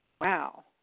Wow